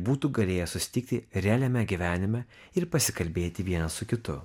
būtų galėję susitikti realiame gyvenime ir pasikalbėti vienas su kitu